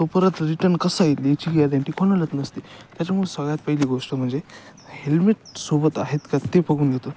तो परत रिटर्न कसा येईल याची गॅरेंटी कोणालाच नसते त्याच्यामुळे सगळ्यात पहिली गोष्ट म्हणजे हेल्मेट सोबत आहेत का ते बघून घेतो